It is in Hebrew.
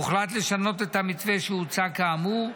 הוחלט לשנות את המתווה שהוצע כאמור,